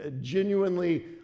genuinely